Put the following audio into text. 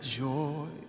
joy